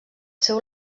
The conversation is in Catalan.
seu